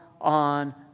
on